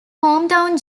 hometown